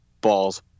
balls